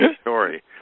story